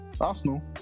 arsenal